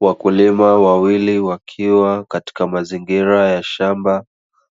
Wakulima wawili wakiwa katika mazingira ya shamba